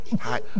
Hi